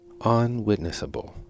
Unwitnessable